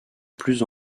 plus